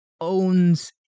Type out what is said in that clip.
Owns